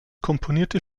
komponierte